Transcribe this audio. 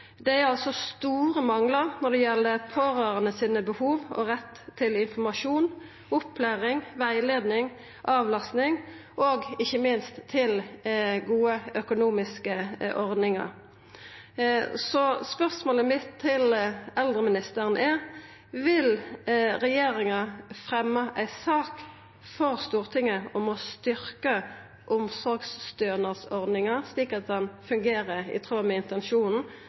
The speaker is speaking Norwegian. Det er altså store manglar når det gjeld pårørande sine behov og deira rett til informasjon, opplæring, rettleiing, avlasting og ikkje minst gode økonomiske ordningar. Så spørsmålet mitt til eldreministeren er: Vil regjeringa fremja ei sak for Stortinget om å styrkja omsorgsstønadsordninga, slik at ho fungerer i tråd med intensjonen?